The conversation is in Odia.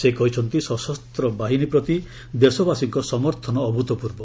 ସେ କହିଛନ୍ତି ସଶସ୍ତ ବାହିନୀ ପ୍ରତି ଦେଶବାସୀଙ୍କ ସମର୍ଥନ ଅଭୂତପୂର୍ବ